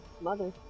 mother